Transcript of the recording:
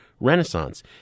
renaissance